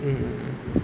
mm mm mm